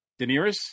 Daenerys